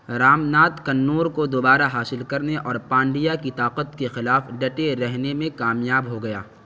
رامناتھ کنور کو دوبارہ حاصل کرنے اور پانڈیا کی طاقت کے خلاف ڈٹے رہنے میں کامیاب ہو گیا